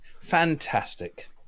Fantastic